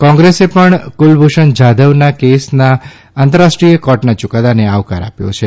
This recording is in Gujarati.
કોંગ્રેસે પણ કુલભુષણ જાદવના કેસના આંતરરાષ્ટ્રીય કોર્ટના યુકાદાને આવકાર આપ્યો છે